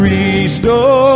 Restore